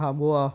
थांबवा